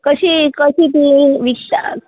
कशी कशी ती विकतात